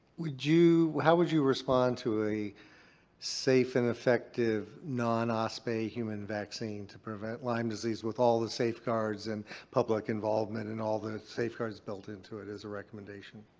would you. how would you respond to a safe and effective non-ospa human vaccine to prevent lyme disease with all the safeguards and public involvement and all the safeguards built into it as a recommendation?